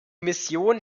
mission